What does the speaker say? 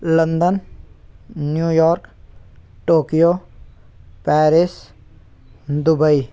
London New York Tokyo Paris Dubai